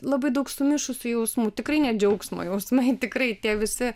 labai daug sumišusių jausmų tikrai ne džiaugsmo jausmai tikrai tie visi